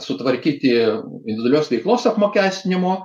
sutvarkyti individualios veiklos apmokestinimo